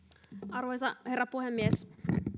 arvoisa herra puhemies